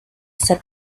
said